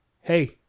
hey